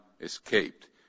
escaped